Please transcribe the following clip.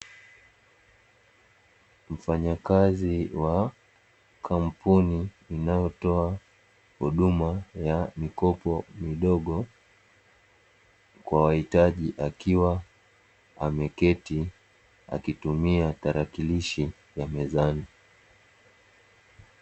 Mfanyakazi wa kampuni inayotoa huduma ya mikopo midogo, kwa wahitaji akiwa ameketi akitumia tarakilishi ya mezani.